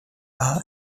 are